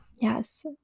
yes